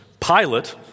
Pilate